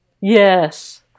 yes